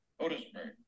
Otisburg